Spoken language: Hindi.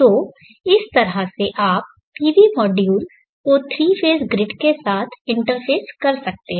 तो इस तरह से आप पीवी मॉड्यूल को 3 फेज़ ग्रिड के साथ इंटरफ़ेस कर सकते हैं